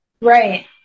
Right